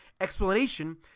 explanation